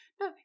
No